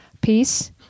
peace